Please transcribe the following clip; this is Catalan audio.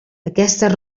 aquestes